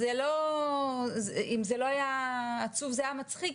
אם זה לא היה עצוב זה היה מצחיק,